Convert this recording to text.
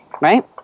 right